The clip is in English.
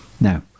Now